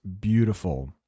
beautiful